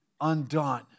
undone